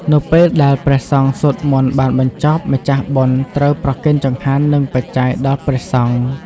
នៅពេលដែលព្រះសង្ឃសូត្រមន្តបានបញ្ចប់ ម្ខាស់បុណ្យត្រូវប្រគេនចង្ហាន់ និងបច្ច័យដល់ព្រះសង្ឃ។